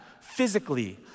physically